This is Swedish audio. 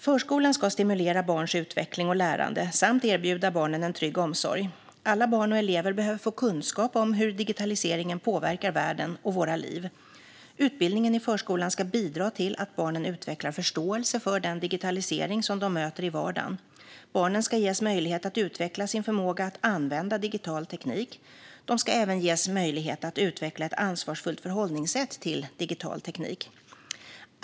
Förskolan ska stimulera barns utveckling och lärande samt erbjuda barnen en trygg omsorg. Alla barn och elever behöver få kunskap om hur digitaliseringen påverkar världen och våra liv. Utbildningen i förskolan ska bidra till att barnen utvecklar förståelse för den digitalisering som de möter i vardagen. Barnen ska ges möjlighet att utveckla sin förmåga att använda digital teknik. De ska även ges möjlighet att utveckla ett ansvarsfullt förhållningssätt till digital teknik.